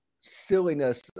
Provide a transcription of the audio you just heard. silliness